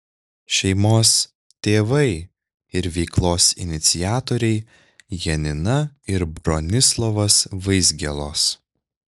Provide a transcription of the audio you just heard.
šeimos tėvai ir veiklos iniciatoriai janina ir bronislovas vaizgielos